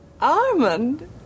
Armand